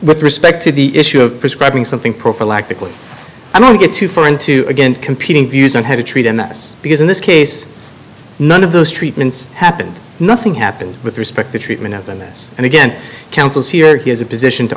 with respect to the issue of prescribing something prophylactically i don't get too far into again competing views on how to treat m s because in this case none of those treatments happened nothing happened with respect to treatment than this and again councils here he is a position to